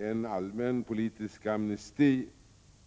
En allmän politisk amnesti